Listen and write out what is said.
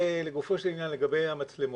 לגופו של עניין, לגבי המצלמות.